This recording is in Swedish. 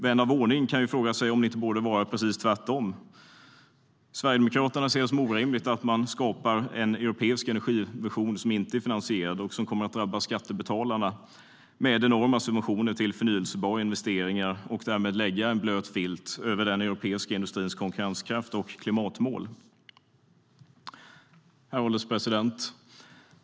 Vän av ordning kan fråga sig om det inte borde vara precis tvärtom. Herr ålderspresident!